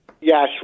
Yes